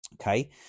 Okay